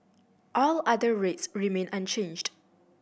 all other rates remain unchanged